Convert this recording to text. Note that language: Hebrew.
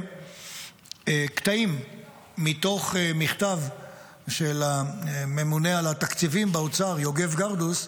קטעים מתוך מכתב של הממונה על התקציבים באוצר יוגב גרדוס,